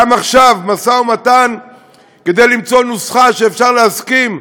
גם עכשיו, משא-ומתן כדי למצוא נוסחה שאפשר להסכים,